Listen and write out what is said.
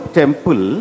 temple